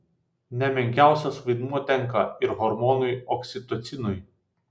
ne menkiausias vaidmuo tenka ir hormonui oksitocinui